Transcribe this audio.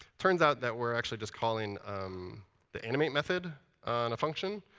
turns out that we're actually just calling the animate method on a function.